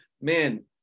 man